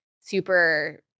super –